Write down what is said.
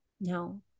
No